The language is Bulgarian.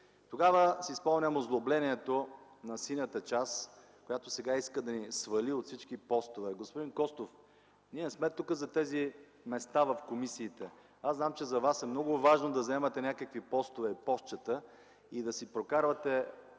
Тогава си спомням озлоблението на синята част, която сега иска да ни свали от всички постове. Господин Костов, ние не сме тук за тези места в комисиите. Аз знам, че за Вас е много важно да заемате някакви постове и постчета и да си прокарвате